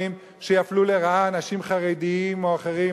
שיפלו לרעה אנשים חרדים או אחרים.